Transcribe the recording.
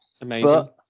Amazing